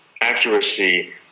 accuracy